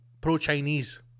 pro-Chinese